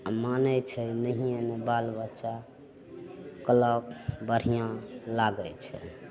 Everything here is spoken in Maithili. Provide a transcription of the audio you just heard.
आओर मानय छै नहियेँ ने बाल बच्चा खेलौक बढ़िआँ लागय छै